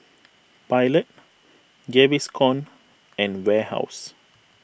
Pilot Gaviscon and Warehouse